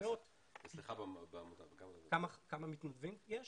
כמה מתנדבים יש?